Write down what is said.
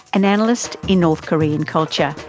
an analyst in north korean culture,